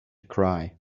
cry